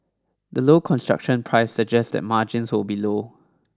the low construction price suggests that margins will be low